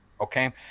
okay